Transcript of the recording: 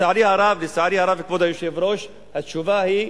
לצערי הרב, כבוד היושב-ראש, התשובה היא,